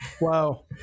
Wow